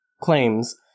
claims